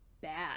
bad